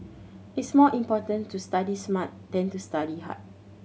it is more important to study smart than to study hard